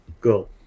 Go